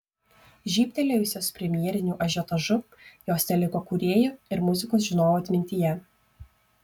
žybtelėjusios premjeriniu ažiotažu jos teliko kūrėjų ir muzikos žinovų atmintyje